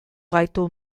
gaitu